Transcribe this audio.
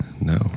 No